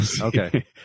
okay